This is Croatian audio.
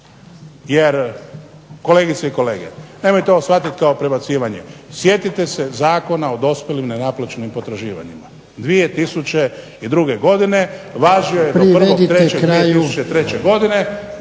jer kolegice i kolege, nemojte ovo shvatiti kao predbacivanje, sjetite se Zakona o dospjelim nenaplaćenim potraživanjima 2002. godine, važio je do 1.3.2003. godine.